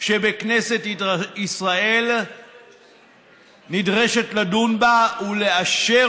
שכנסת ישראל נדרשת לדון בה ולאשר,